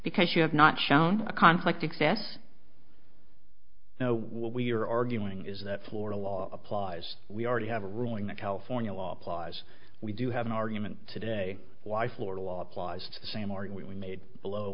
because you have not shown a conflict excess now what we're arguing is that florida law applies we already have a ruling the california law applies we do have an argument today why florida law applies to the same aren't we made below